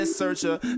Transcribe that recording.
Searcher